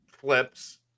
flips